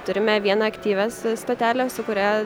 turime vieną aktyvią stotelę su kuria